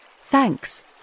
Thanks